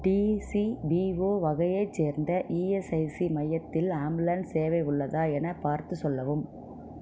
DCPO வகையைச் சேர்ந்த ESIC மையத்தில் ஆம்புலன்ஸ் சேவை உள்ளதா எனப் பார்த்துச் சொல்லவும்